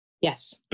Yes